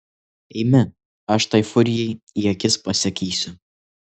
eime aš tai furijai į akis pasakysiu